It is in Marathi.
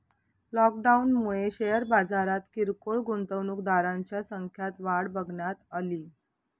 लॉकडाऊनमुळे शेअर बाजारात किरकोळ गुंतवणूकदारांच्या संख्यात वाढ बघण्यात अली